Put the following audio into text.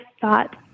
thought